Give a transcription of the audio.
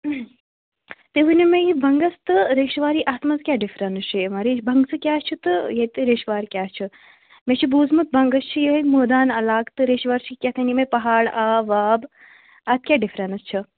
تُہۍ ؤنِو مےٚ یہِ بَنٛگَس تہٕ ریٚشواری اَتھ منٛز کیٛاہ ڈِفرَنٕس چھِ یِوان بَنٛگسہٕ کیٛاہ چھُ یہِ تہٕ ریٚشوارِ کیٛاہ چھُ مےٚ چھُ بوٗزمُت بَنٛگَس چھُ یِہَے مٲدان علاقہٕ تہٕ ریٚشوٲرۍ چھِ کیٚنٛہہ تام یِمے پَہاڑ آب واب اَتھ کیٛاہ ڈِفرینٕس چھَ